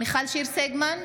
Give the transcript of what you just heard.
מיכל שיר סגמן,